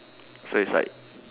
so it's like